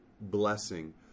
blessing